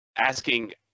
asking